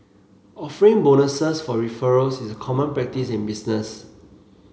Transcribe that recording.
offering bonuses for referrals is common practice in business